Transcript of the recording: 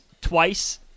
twice